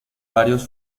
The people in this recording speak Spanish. varios